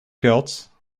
guilt